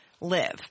live